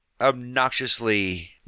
obnoxiously